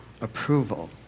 approval